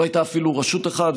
לא הייתה אפילו רשות אחת,